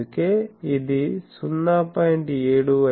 అందుకే ఇది 0